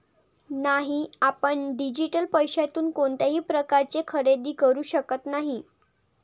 नाही, आपण डिजिटल पैशातून कोणत्याही प्रकारचे खरेदी करू शकत नाही